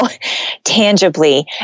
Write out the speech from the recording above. tangibly